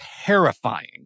terrifying